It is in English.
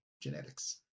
Genetics